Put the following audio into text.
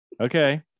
okay